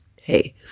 hey